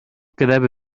quedava